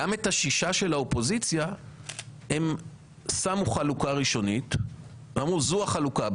גם את ה-6 של האופוזיציה הם שמו חלוקה ראשונית ואמרו שזאת החלוקה.